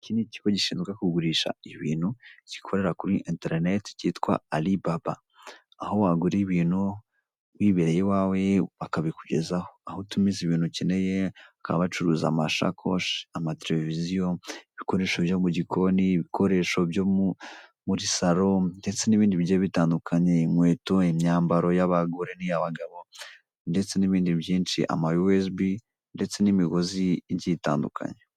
Iki ni ikigo gishinzwe kugurisha ibintu gikorera kuri interineti cyitwa Alibaba. Aho wagura ibintu wibereye iwawe bakabikugezaho. Aho utumiza ibintu ukeneye, bakaba bacuruza amashakoshi, amateleviziyo, ibikoresho byo mu gikoni, ibikoresho byo muri salo ndetse n'ibindi bigiye bitandukanye, inkweto, imyambaro y'abagore n'iy'abagabo ndetse n'ibindi byinshi, amayuwezibi ndetse n'imigozi igiye itandukanye.